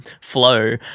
flow